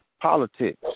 politics